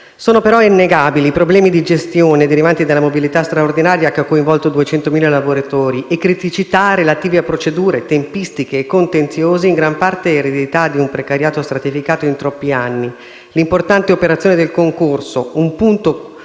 Sono però innegabili i problemi di gestione derivanti dalla mobilità straordinaria che ha coinvolto 200.000 lavoratori e le criticità, relative a procedure, tempistiche e contenziosi in gran parte eredità di un precariato stratificato in troppi anni. L'importante operazione del concorso, un punto